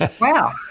Wow